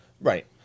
Right